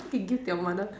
okay give to your mother